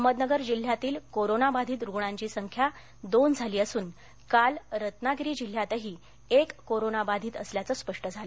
अहमदनगर जिल्ह्यातील कोरोना बाधित रुग्णांची संख्या दोन झाली असून काल रत्नागिरी जिल्ह्यातही एक कोरोनाबाधित असल्याचं स्पष्ट झालं